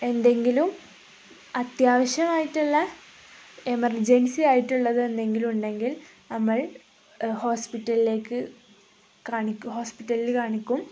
എന്തെങ്കിലും അത്യാവശ്യമായിട്ടുള്ള എമർജൻസി ആയിട്ടുള്ളത് എന്തെങ്കിലും ഉണ്ടെങ്കിൽ നമ്മൾ ഹോസ്പിറ്റലിലേക്കു കാണിക്കും ഹോസ്പിറ്റലില് കാണിക്കും